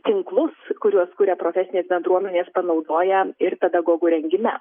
tinklus kuriuos kuria profesinės bendruomenės panaudoja ir pedagogų rengime